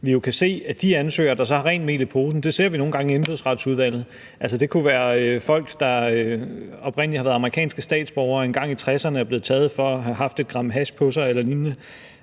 i forhold til ansøgerne, der så har rent mel i posen – det ser vi nogle gange i Indfødsretsudvalget; det kunne være folk, der oprindelig har været amerikanske statsborgere engang i 60'erne, og som er blevet taget for at have haft 1 g hash på sig